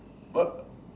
what